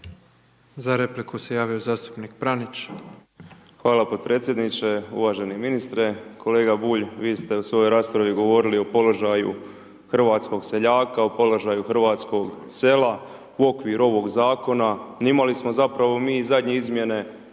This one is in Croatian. Za repliku se javio zastupnik Pranić. **Pranić, Ante (NLM)** Hvala podpredsjedniče, uvaženi ministre, kolega Bulj vi ste u svojoj raspravi govorili o položaju hrvatskog seljaka, o položaju hrvatskog sela u okviru ovog zakona imali smo zapravo mi i zadnje izmjene